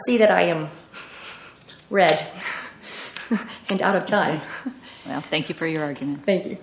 see that i am read and out of time thank you for your i can thank